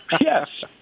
Yes